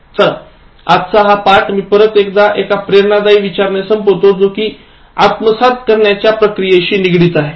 चला आजचा हा पाठ मी परत एकदा एका प्रेरणादायी विचाराने संपवतो जे कि आत्मसात करण्याच्या प्रक्रियेशी निगडित आहे